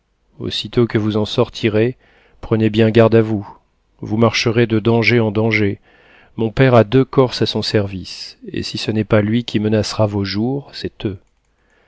aussitôt que vous en sortirez prenez bien garde à vous vous marcherez de danger en danger mon père a deux corses à son service et si ce n'est pas lui qui menacera vos jours c'est